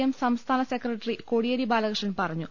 M സംസ്ഥാന secretary Kodiyeri Balakrishnan പറഞ്ഞു